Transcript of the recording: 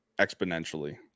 exponentially